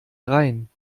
dreien